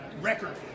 Record